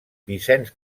vicenç